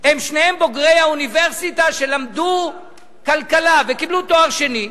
הם שניהם בוגרי אוניברסיטה שלמדו כלכלה וקיבלו תואר שני,